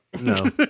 no